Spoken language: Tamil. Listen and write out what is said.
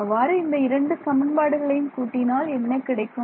அவ்வாறு இந்த இரண்டு சமன்பாடுகளையும் கூட்டினால் என்ன கிடைக்கும்